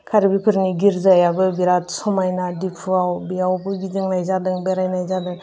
कार्बिफोरनि गिरजायाबो बिराद समायना डिफुआव बेयावबो गिदिंनाय जादों बेरायनाय जादों